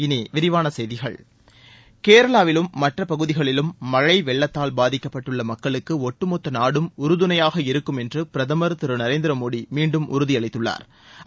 இனி விரிவான செய்திகள் கேரளாவிலும் மற்ற பகுதிகளிலும் மழை வெள்ளத்தால் பாதிக்கப்பட்டுள்ள மக்களுக்கு ஒட்டுமொத்த நாடும் உறுதுணையாக இருக்கும என்று பிரதம் திரு நரேந்திரமோடி மீண்டும் உறுதி அளித்துள்ளாா்